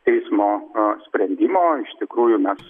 teismo sprendimo iš tikrųjų mes